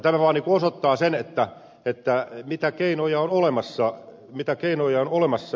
tämä vaan osoittaa sen mitä keinoja on olemassa